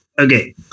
Okay